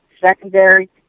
secondary